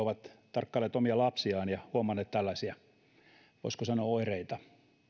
tarkkailleet omia lapsiaan ja huomanneet tällaisia voisiko sanoa oireita